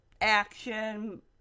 action